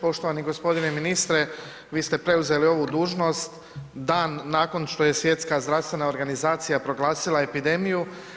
Poštovani g. ministre, vi ste preuzeli ovu dužnost dan nakon što je Svjetska zdravstvena organizacija proglasila epidemiju.